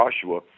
Joshua